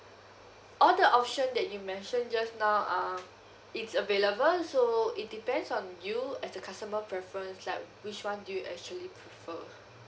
all the option that you mentioned just now uh it's available so it depends on you as a customer preference like which [one] do you actually prefer